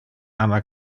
ama